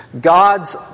God's